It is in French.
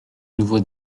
nouveau